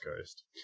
Coast